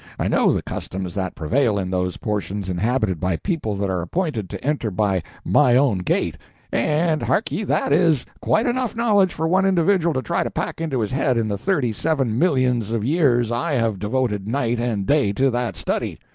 i know the customs that prevail in those portions inhabited by peoples that are appointed to enter by my own gate and hark ye, that is quite enough knowledge for one individual to try to pack into his head in the thirty-seven millions of years i have devoted night and day to that study.